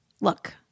Look